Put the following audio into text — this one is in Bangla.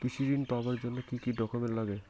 কৃষি ঋণ পাবার জন্যে কি কি ডকুমেন্ট নাগে?